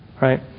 right